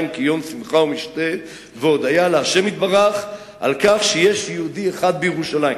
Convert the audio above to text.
כיום שמחה ומשתה והודיה לשם יתברך על כך שיש יהודי אחד בירושלים.